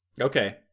Okay